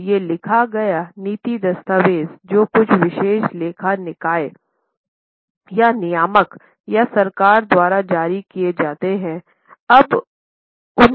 तो ये लिखे गए नीति दस्तावेज़ जो कुछ विशेषज्ञ लेखा निकाय या नियामक या सरकार द्वारा जारी किए जाते हैं